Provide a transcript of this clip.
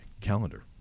calendar